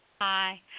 Hi